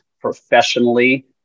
professionally